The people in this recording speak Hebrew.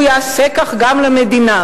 הוא יעשה כך גם למדינה.